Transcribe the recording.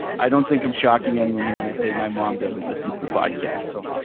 i don't think i'm shocking anyone here when i say my mom doesn't listen to the podcast. so